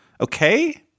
okay